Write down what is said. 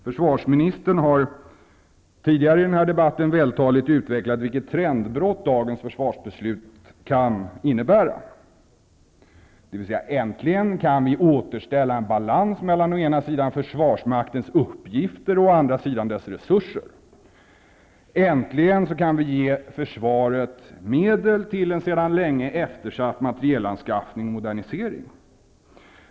Försvarsministern har tidigare i den här debatten vältaligt utvecklat vilket trendbrott dagens beslut kan innebära. Äntligen kan vi återställa en balans mellan försvarsmaktens uppgifter och dess resurser. Äntligen kan vi ge försvaret medel till en sedan länge eftersatt modernisering och materielanskaffning.